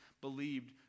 believed